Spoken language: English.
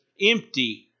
empty